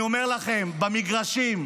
אני אומר לכם, במגרשים,